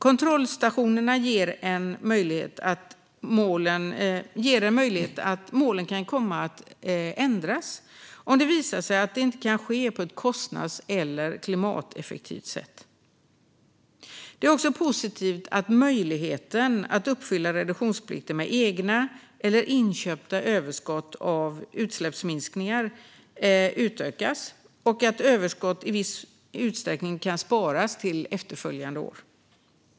Kontrollstationerna ger en möjlighet att ändra målen om det visar sig att det här inte kan ske på ett kostnads eller klimateffektivt sätt. Det är också positivt att möjligheten att uppfylla reduktionsplikten med egna eller inköpta överskott av utsläppsminskningar utökas och att överskott i viss utsträckning kan sparas till efterföljande år.